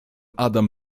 adam